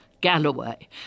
Galloway